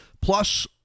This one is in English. plus